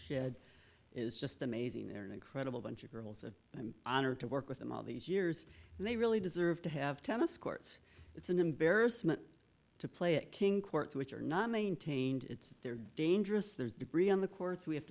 shed is just amazing and incredible bunch of girls and i'm honored to work with them all these years and they really deserve to have tennis courts it's an embarrassment to play a king court which are not maintained it's their dangerous there's debris on the courts we have